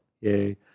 yay